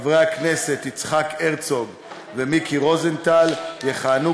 חברי הכנסת יצחק הרצוג ומיקי רוזנטל יכהנו